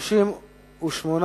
נתקבלה.